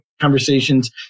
conversations